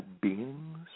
beings